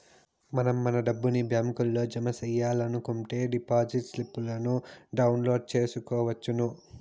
మనం మన డబ్బుని బ్యాంకులో జమ సెయ్యాలనుకుంటే డిపాజిట్ స్లిప్పులను డౌన్లోడ్ చేసుకొనవచ్చును